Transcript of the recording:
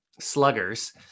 sluggers